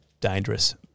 dangerous